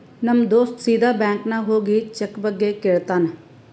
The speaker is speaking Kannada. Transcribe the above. ನಮ್ ದೋಸ್ತ ಸೀದಾ ಬ್ಯಾಂಕ್ ನಾಗ್ ಹೋಗಿ ಚೆಕ್ ಬಗ್ಗೆ ಕೇಳ್ತಾನ್